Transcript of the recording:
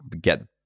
get